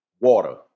water